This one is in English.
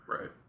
Right